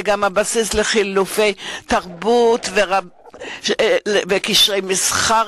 זה גם הבסיס לחילופי תרבות וקשרי מסחר